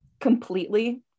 completely